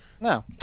No